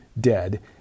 dead